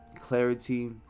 clarity